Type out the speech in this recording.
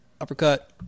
Uppercut